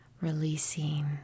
releasing